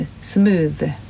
smooth